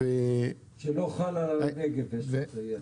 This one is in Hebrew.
שלא חלה על הנגב, יש לציין.